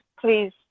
please